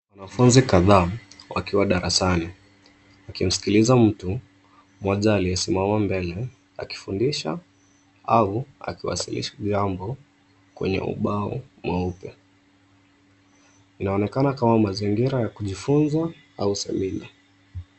Wanafunzi kadhaa wakiwa darasani wakimskiliza mtu mmoja aliyesimama mbele akifundisha au akiwasilisha jambo kwenye ubao mweupe. Inaonekana kama mazingira ya kujifunza au semina.